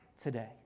today